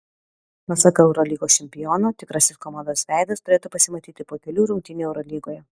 pasak eurolygos čempiono tikrasis komandos veidas turėtų pasimatyti po kelių rungtynių eurolygoje